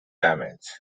damage